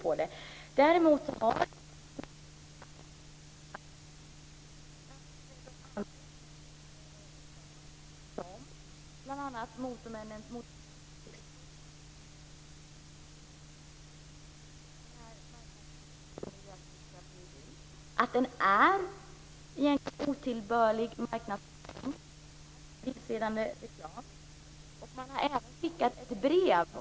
Däremot har Konsumentombudsmannen sagt att man anser att den reklam som bl.a. Motorbranschens Riksförbund och Bilindustriföreningen har gjort, nämligen "Bli miljöaktivist - köp ny bil. ", är otillbörlig marknadsföring och vilseledande reklam.